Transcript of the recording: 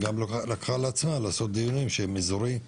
היא גם לקחה על עצמה לעשות דיונים שהם אזוריים.